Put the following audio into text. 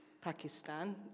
Pakistan